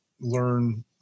learn